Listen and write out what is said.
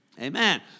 Amen